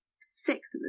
six